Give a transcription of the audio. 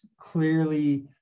clearly